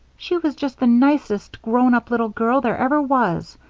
she was just the nicest grown-up little girl there ever was,